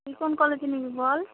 তুই কোন কলেজে নিবি বল